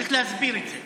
צריך להסביר את זה.